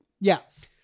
Yes